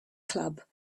club